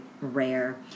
rare